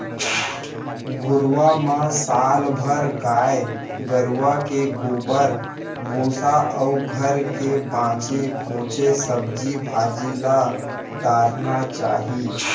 घुरूवा म साल भर गाय गरूवा के गोबर, भूसा अउ घर के बांचे खोंचे सब्जी भाजी ल डारना चाही